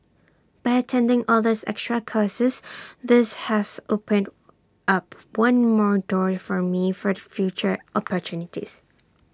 by attending all these extra courses this has opened up one more door for me for future opportunities